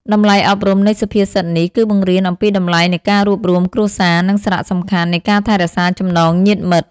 តម្លៃអប់រំនៃសុភាសិតនេះគឺបង្រៀនអំពីតម្លៃនៃការរួបរួមគ្រួសារ និងសារៈសំខាន់នៃការថែរក្សាចំណងញាតិមិត្ត។